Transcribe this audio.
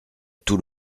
tout